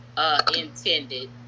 Intended